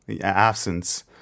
absence